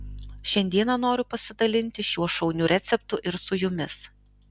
šiandieną noriu pasidalinti šiuo šauniu receptu ir su jumis